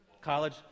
College